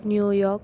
New York